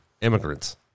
Immigrants